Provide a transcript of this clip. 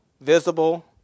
visible